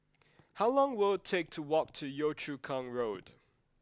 how long will it take to walk to Yio Chu Kang Road